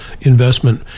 investment